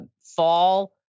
fall